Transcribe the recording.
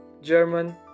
German